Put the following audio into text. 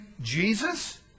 Jesus